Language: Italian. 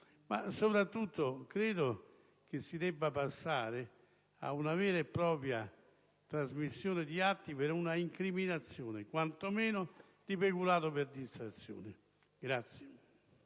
ma soprattutto credo che si debba passare ad una vera e propria trasmissione di atti per un'incriminazione quantomeno per peculato per distrazione.